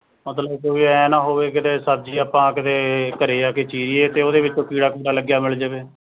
ਮਤਲਬ ਕੋਈ ਐਂ ਨਾ ਹੋਵੇ ਕਿਤੇ ਸਬਜ਼ੀ ਆਪਾਂ ਕਿਤੇ ਘਰ ਆ ਕੇ ਚੀਰੀਏ ਅਤੇ ਉਹਦੇ ਵਿੱਚੋਂ ਕੀੜਾ ਕੂੜਾ ਲੱਗਿਆ ਮਿਲ ਜਾਵੇ